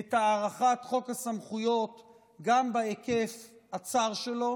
את הארכת חוק הסמכויות גם בהיקף הצר שלו,